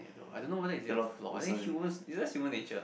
yeah I don't know whether is it a flaw I think human it's just human nature